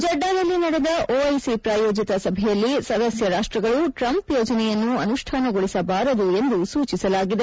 ಜೆಡ್ಡಾದಲ್ಲಿ ನಡೆದ ಒಐಸಿ ಪ್ರಾಯೋಜಿತ ಸಭೆಯಲ್ಲಿ ಸದಸ್ಯ ರಾಷ್ಟ್ರಗಳು ಟ್ರಂಪ್ ಯೋಜನೆಯನ್ನು ಅನುಷ್ಠಾನಗೊಳಿಸಬಾರದು ಎಂದು ಸೂಚಿಸಲಾಗಿದೆ